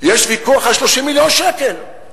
יש ויכוח על 30 מיליון שקל,